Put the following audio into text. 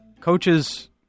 coaches